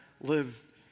live